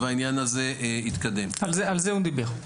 על זה הוא דיבר.